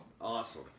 awesome